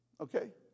Okay